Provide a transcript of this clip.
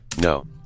No